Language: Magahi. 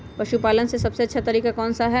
पशु पालन का सबसे अच्छा तरीका कौन सा हैँ?